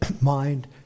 mind